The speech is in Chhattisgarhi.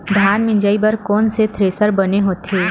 धान मिंजई बर कोन से थ्रेसर बने होथे?